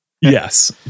Yes